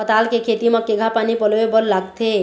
पताल के खेती म केघा पानी पलोए बर लागथे?